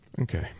okay